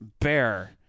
bear